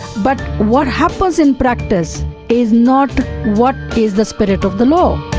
but what happens in practice is not what is the spirit of the law.